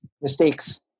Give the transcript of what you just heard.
mistakes